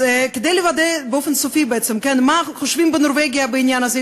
אז כדי לוודא באופן סופי מה חושבים בנורבגיה בעניין הזה,